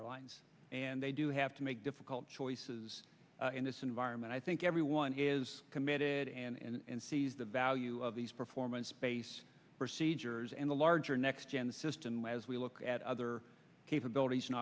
airlines and they do have to make difficult choices in this environment i think everyone is committed and sees the value of these performance based procedures in the larger next gen system as we look at other capabilities and